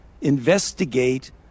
investigate